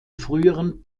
früheren